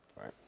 Right